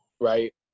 right